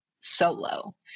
solo